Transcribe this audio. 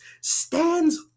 stands